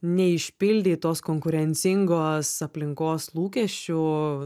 neišpildytos konkurencingos aplinkos lūkesčių